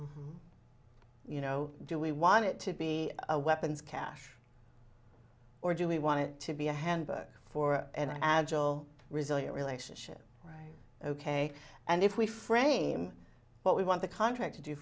you know do we want it to be a weapons cache or do we wanted to be a handbook for an agile resilient relationship right ok and if we frame what we want the contract to do